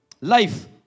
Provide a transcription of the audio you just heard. life